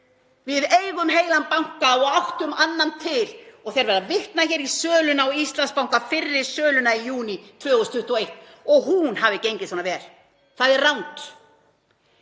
Við eigum heilan banka og áttum annan til og það er verið að vitna í sölunni á Íslandsbanka, fyrri söluna í júní 2021, að hún hafi gengið svona vel. Það er rangt.